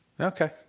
Okay